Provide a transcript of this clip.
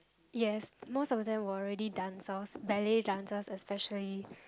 yes most of them were already dancers ballet dancers especially